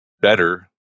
better